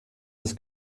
des